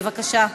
בבקשה.